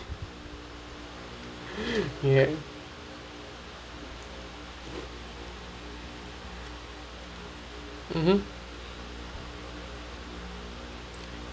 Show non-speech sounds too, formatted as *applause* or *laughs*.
*laughs* ya mmhmm